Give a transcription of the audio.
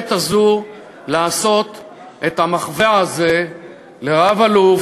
בעת הזאת, לעשות את המחווה הזאת לרב-אלוף,